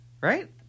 right